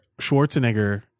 schwarzenegger